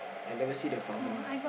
I never see the farmer